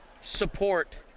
support